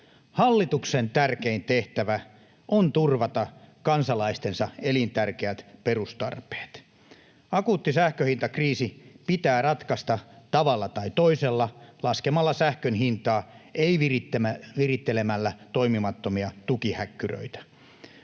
Hallituksen tärkein tehtävä on turvata kansalaistensa elintärkeät perustarpeet. Akuutti sähkönhintakriisi pitää ratkaista tavalla tai toisella, laskemalla sähkön hintaa, ei virittelemällä toimimattomia tukihäkkyröitä.